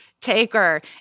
taker